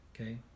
okay